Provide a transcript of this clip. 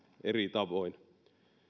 eri tavoin